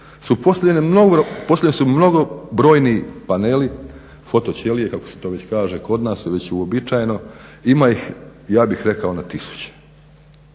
postavljeni mnogobrojni paneli, fotoćelije kako se to već kaže kod nas već uobičajeno, ima ih ja bih rekao na tisuće.